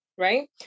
Right